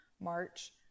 March